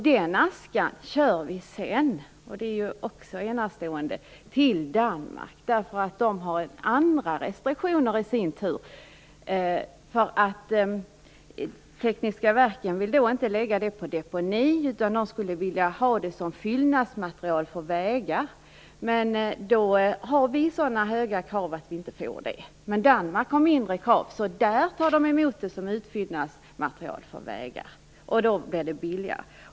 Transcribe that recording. Den askan kör vi sedan - vilket också är enastående - till Danmark. Där har man i sin tur andra restriktioner. Tekniska Verken vill inte lägga det som deponi, utan man vill ha det som fyllnadsmaterial för vägar. Här i Sverige har vi så höga krav att man inte får det. Men i Danmark är kraven lägre. Där tar man emot det som utfyllnadsmaterial för vägar. Det blir då billigare.